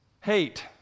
hate